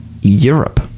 Europe